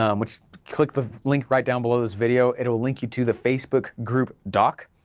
um which click the link right down below this video, it'll link you to the facebook group doc,